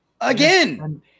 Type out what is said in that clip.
Again